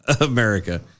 America